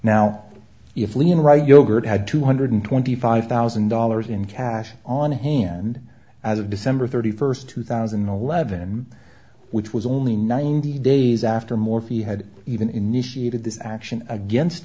now if leon right yogurt had two hundred twenty five thousand dollars in cash on hand as of december thirty first two thousand and eleven which was only ninety days after morphy had even initiated this action against